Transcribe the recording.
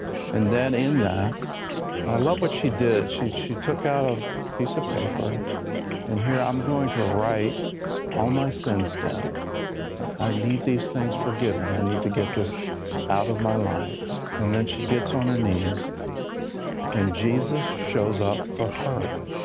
and then in that i love what she did she shoot took a piece of paper and here i'm going to write all my sense down i need these things forgiven i need to get this out of my life and then she gets on her knees and jesus shows up for her.